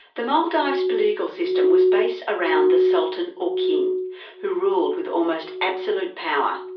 the maldives political system was based around the sultan or king who ruled with almost absolute power.